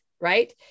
right